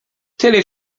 tyle